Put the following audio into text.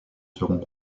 seront